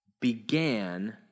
began